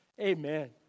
Amen